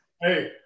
Hey